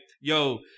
Yo